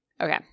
Okay